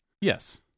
Yes